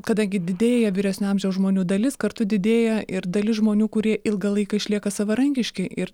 kadangi didėja vyresnio amžiaus žmonių dalis kartu didėja ir dalis žmonių kurie ilgą laiką išlieka savarankiški ir